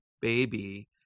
baby